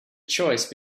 choice